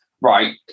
right